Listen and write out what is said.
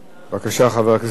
בבקשה, חבר הכנסת דב חנין.